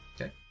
Okay